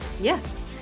Yes